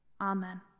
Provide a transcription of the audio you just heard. amen